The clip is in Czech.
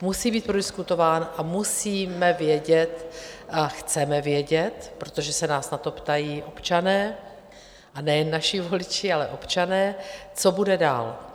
Musí být prodiskutován a musíme vědět a chceme vědět, protože se nás na to ptají občané, a nejen naši voliči, ale občané, co bude dál.